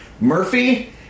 Murphy